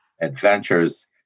adventures